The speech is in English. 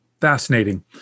Fascinating